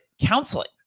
counseling